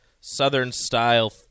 Southern-style